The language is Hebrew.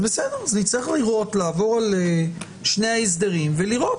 אז נצטרך לעבור על שני ההסדרים ולראות.